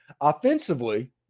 offensively